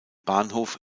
bahnhof